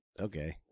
Okay